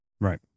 right